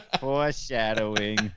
Foreshadowing